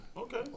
Okay